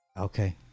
okay